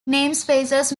namespaces